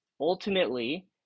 ultimately